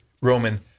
Roman